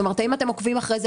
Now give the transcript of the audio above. האם אתם עוקבים אחרי זה?